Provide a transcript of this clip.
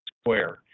square